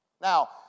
Now